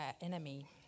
enemy